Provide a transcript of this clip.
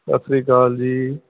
ਸਤਿ ਸ਼੍ਰੀ ਅਕਾਲ ਜੀ